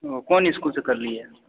ओ कोन इसकुलसँ करलियै